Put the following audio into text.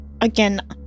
Again